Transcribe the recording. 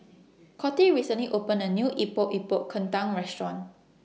Coty recently opened A New Epok Epok Kentang Restaurant